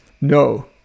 no